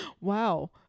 wow